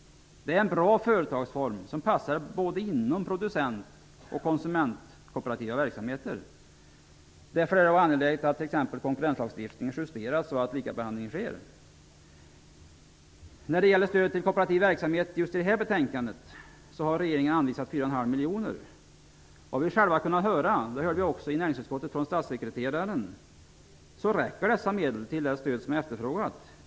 Det är en bra företagsform som passar både inom producent och konsumentkooperativa verksamheter. Därför är det angeläget att t.ex. konkurrenslagstiftningen justeras så att likabehandling sker. När det gäller stödet till kooperativ verksamhet i just detta betänkande har regeringen anvisat ca 4,5 miljoner. Av det vi i näringsutskottet själva har kunnat höra från statssekreteraren räcker dessa medel till det stöd som efterfrågats.